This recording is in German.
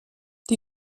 die